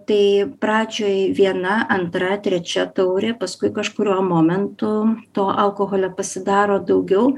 tai pradžioj viena antra trečia taurė paskui kažkuriuo momentu to alkoholio pasidaro daugiau